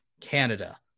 Canada